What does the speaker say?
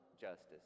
justice